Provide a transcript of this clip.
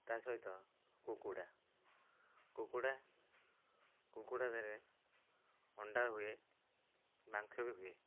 ତା'ସହିତ କୁକୁଡ଼ା କୁକୁଡ଼ା କୁକୁଡ଼ା ଦେହରେ ଅଣ୍ଡା ହୁଏ ମାଂସ ବି ହୁଏ